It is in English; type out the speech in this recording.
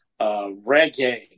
reggae